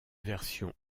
version